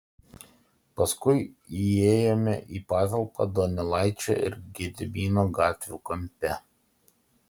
paskui įėjome į patalpą donelaičio ir gedimino gatvių kampe